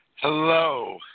Hello